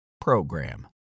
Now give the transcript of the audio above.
program